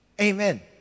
Amen